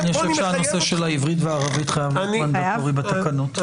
הנושא של העברית והערבית חייב להיות מנדטורי בתקנות.